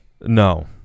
No